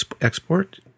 export